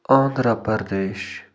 Andhra Pradesh